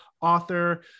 author